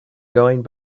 going